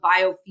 biofeedback